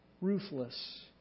ruthless